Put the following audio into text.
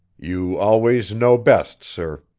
you always know best, sir.